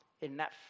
enough